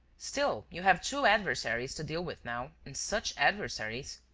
still you have two adversaries to deal with now and such adversaries!